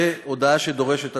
הודעה שדורשת הצבעה: